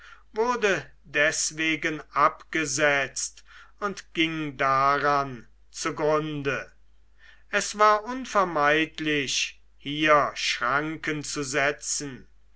wurde deswegen abgesetzt und ging daran zugrunde es war unvermeidlich hier schranken zu setzen